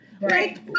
Right